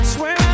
Swear